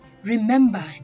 Remember